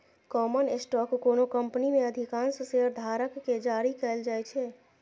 common stock कोनो company मे अधिकांश शेयरधारक कें जारी कैल जाइ छै